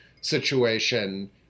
situation